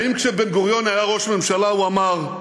האם כשבן-גוריון היה ראש ממשלה הוא אמר: